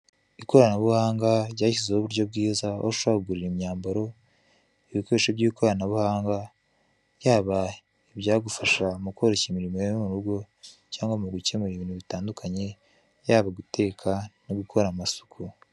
Ikoranabuhanga ryashyizeho uburyo bwiza, aho ushobora kugura: imyambaro, ibikoresho by'ikoranabuhanga, yaba ibyagufasha mu koroshya imirimo yo mu rugo cyangwa mu gukemura ibintu bitandukanye, yaba guteka no gukora amasuku.